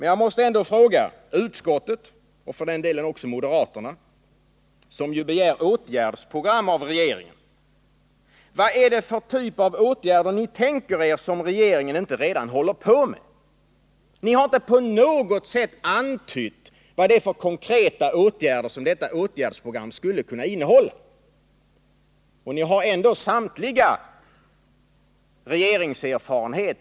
Jag måste ändå fråga utskottet, och för den delen också moderaterna, som ju begär ett åtgärdsprogram av regeringen: Vad är det för typ av åtgärder som ni tänker er och som regeringen inte redan håller på med? Ni har inte på något sätt antytt vad det är för konkreta åtgärder som detta åtgärdsprogram skulle kunna innehålla. Ni har dock samtliga regeringserfarenhet.